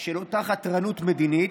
של אותה חתרנות מדינית,